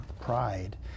pride